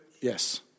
Yes